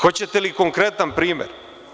Hoćete li konkretan primer?